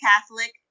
catholic